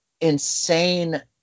insane